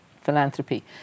philanthropy